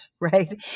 right